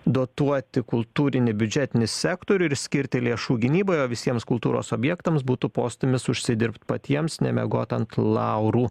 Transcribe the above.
dotuoti kultūrinį biudžetinį sektorių ir skirti lėšų gynybai o visiems kultūros objektams būtų postūmis užsidirbt patiems nemiegot ant laurų